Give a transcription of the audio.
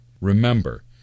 remember